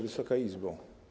Wysoka Izbo!